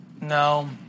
No